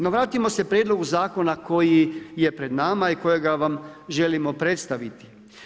No vratimo se prijedlogu zakona koji je pred nama i kojega vam želimo predstaviti.